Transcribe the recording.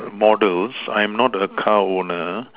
models I'm not a car owner